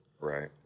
Right